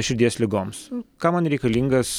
širdies ligoms kam man reikalingas